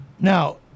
Now